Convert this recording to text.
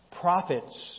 prophets